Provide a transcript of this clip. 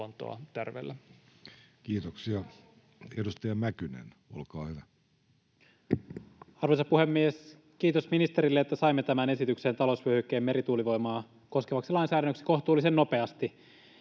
laeiksi Time: 17:32 Content: Arvoisa puhemies! Kiitos ministerille, että saimme tämän esityksen talousvyöhykkeen merituulivoimaa koskevaksi lainsäädännöksi kohtuullisen nopeasti.